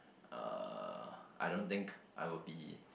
uh I don't think I will be